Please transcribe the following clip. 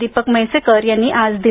दीपक म्हैसेकर यांनी आज दिली